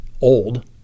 old